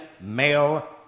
male